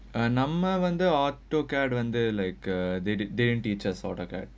நம்பே வந்து:nambae vanthu autocad like uh D_N_B charge autocad